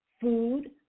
food